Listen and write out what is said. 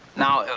now,